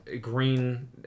green